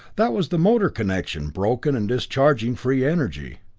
that was the motor connection, broken, and discharging free energy.